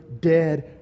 dead